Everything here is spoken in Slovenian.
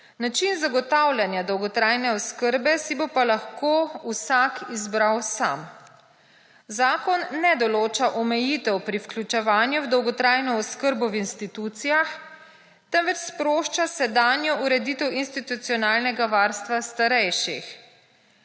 Način zagotavljanja dolgotrajne oskrbe si bo pa lahko vsak izbral sam. Zakon ne določa omejitev pri vključevanju v dolgotrajno oskrbo v institucijah temveč sprošča sedanjo ureditev institucionalnega varstva starejših.